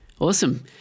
Awesome